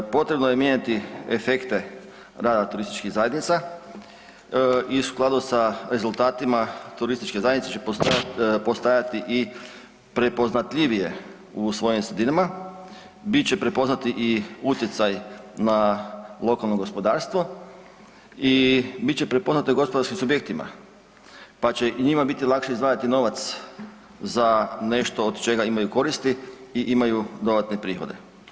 Potrebno je mijenjati efekte rada turističkih zajednica i u skladu sa rezultatima turističke zajednice će postajati i prepoznatljivije u svojim sredinama, bit će prepoznati i utjecaj na lokalno gospodarstvo i bit će prepoznato i gospodarskim subjektima, pa će i njima biti lakše izdvajati novac za nešto od čega imaju koristi i imaju dodatne prihode.